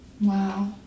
Wow